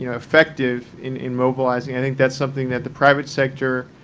you know effective in in mobilizing. i think that's something that the private sector